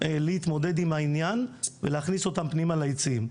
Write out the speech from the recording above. להתמודד עם העניין ולהכניס אותם פנימה ליציעים.